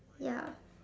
ya